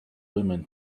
women